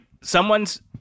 Someone's